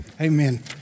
Amen